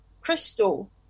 crystal